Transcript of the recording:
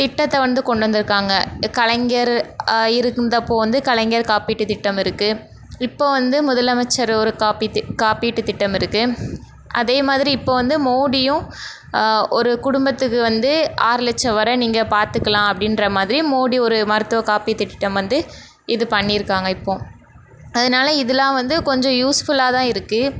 திட்டத்தை வந்து கொண்டு வந்துருக்காங்க கலைஞர் இருந்தப்போ வந்து கலைஞர் காப்பீட்டு திட்டம் இருக்கு இப்போ வந்து முதலமைச்சர் ஒரு காப்பீ காப்பீட்டு திட்டம் இருக்கு அதே மாதிரி இப்போ வந்து மோடியும் ஒரு குடும்பத்துக்கு வந்து ஆறு லட்சம் வரை நீங்கள் பார்த்துக்கலாம் அப்படின்ற மாதிரி மோடி ஒரு மருத்துவ காப்பீ திட்டம் வந்து இது பண்ணிருக்காங்க இப்போ அதனால இதெலாம் வந்து கொஞ்சம் யூஸ்ஃபுல்லாக தான் இருக்கு